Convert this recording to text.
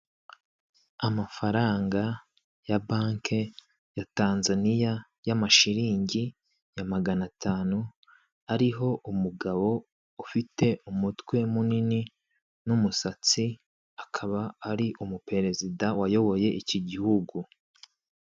Amafaranga ya banki ya Tanzaniya y'amashiringi ya magana atanu, ariho umugabo ufite umutwe munini n'umusatsi, akaba ari umuperezida wayoboye iki gihugu.